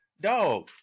dog